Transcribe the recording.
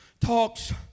talks